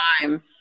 time